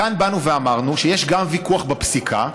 כאן באנו ואמרנו שיש גם ויכוח בפסיקה,